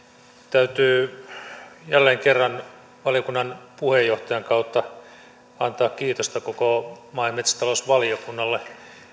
täytyy jälleen kerran valiokunnan puheenjohtajan kautta antaa kiitosta koko maa ja metsätalousvaliokunnalle